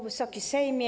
Wysoki Sejmie!